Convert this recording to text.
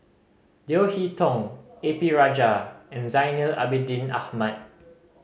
Leo Hee Tong A P Rajah and Zainal Abidin Ahmad